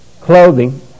clothing